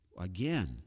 again